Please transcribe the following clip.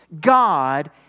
God